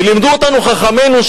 ולימדו אותנו חכמינו,